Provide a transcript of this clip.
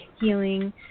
Healing